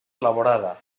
elaborada